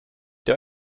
der